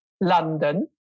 London